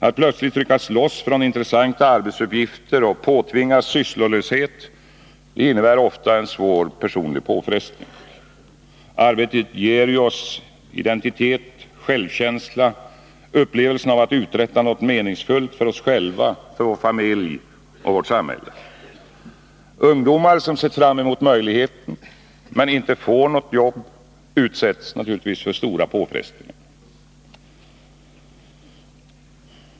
Att plötsligt ryckas loss från intressanta arbetsuppgifter och påtvingas sysslolöshet innebär ofta en svår personlig påfrestning. Arbetet ger oss identitet, självkänsla, upplevelsen av att uträtta något meningsfullt för oss själva, vår familj och vårt samhälle. Ungdomar som sett fram emot sådana möjligheter men inte får något jobb utsätts naturligtvis för stora påfrestningar.